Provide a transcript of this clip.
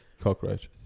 cockroaches